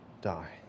die